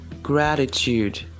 gratitude